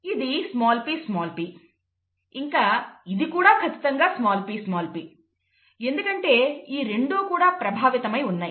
ఇది pp ఇంకా ఇది కూడా ఖచ్చితంగా pp ఎందుకంటే ఈ రెండూ కూడా ప్రభావితమై ఉన్నాయి